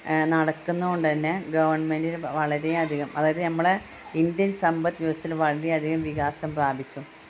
നടക്കുന്നതുകൊണ്ട് തന്നെ ഗെവൺമെൻറ്റിന് വളരെയധികം അതായത് നമ്മുടെ ഇന്ത്യൻ സമ്പദ് വ്യവസ്ഥയിൽ വളരെയധികം വികാസം പ്രാപിച്ചു